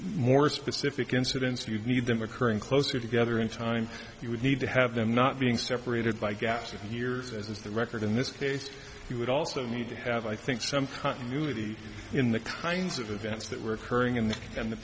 more specific incidents you need them occurring closer together in time you would need to have them not being separated by gaps of years as is the record in this case you would also need to have i think some continuity in the kinds of events that were occurring in there and the